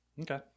Okay